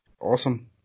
Awesome